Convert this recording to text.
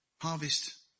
harvest